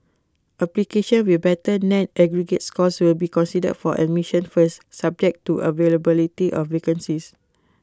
applicants with better net aggregate scores will be considered for admission first subject to the availability of vacancies